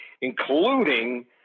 including